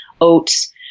oats